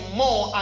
more